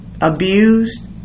abused